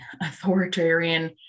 authoritarian